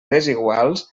desiguals